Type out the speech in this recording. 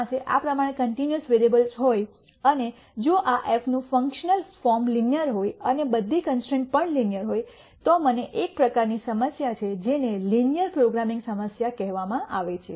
તેથી જો તમારી પાસે આ પ્રમાણે કન્ટિન્યૂઅસ વેરીએબલ્સ હોય અને જો આ એફનું ફંકશનલ ફોર્મ લિનિયર હોય અને બધી કન્સ્ટ્રૈન્ટપણ લિનિયર હોય તો મને એક પ્રકારની સમસ્યા છે જેને લિનિયર પ્રોગ્રામિંગ સમસ્યા કહેવામાં આવે છે